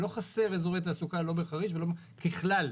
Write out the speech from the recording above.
לא חסרים אזורי תעסוקה בחריש ככלל.